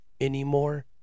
anymore